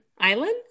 island